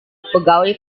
pegawai